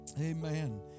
Amen